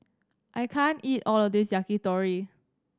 I can't eat all of this Yakitori